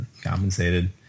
compensated